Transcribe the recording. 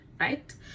right